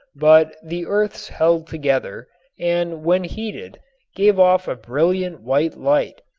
but the earths held together and when heated gave off a brilliant white light,